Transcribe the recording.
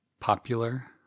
Popular